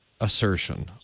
assertion